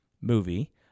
movie